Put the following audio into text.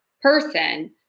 person